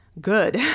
good